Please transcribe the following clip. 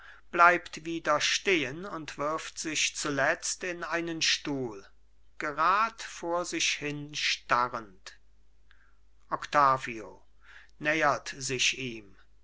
bleibt wieder stehen und wirft sich zuletzt in einen stuhl gerad vor sich hin starrend octavio nähert sich ihm